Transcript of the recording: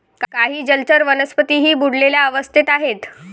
काही जलचर वनस्पतीही बुडलेल्या अवस्थेत आहेत